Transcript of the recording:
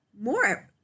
more